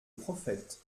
prophète